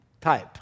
type